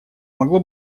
могло